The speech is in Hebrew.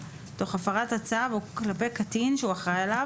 תוך הפרת הצו או כלפי קטין שהוא אחראי עליו,